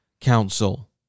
council